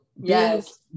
Yes